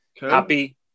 Happy